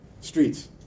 streets